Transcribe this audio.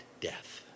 death